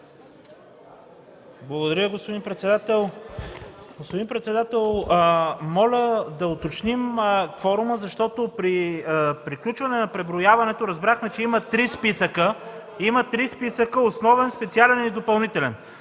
Благодаря, господин председател. Господин председател, моля да уточним кворума, защото при приключване на преброяването разбрахме, че има три списъка – основен, специален и допълнителен.